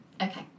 Okay